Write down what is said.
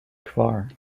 kvar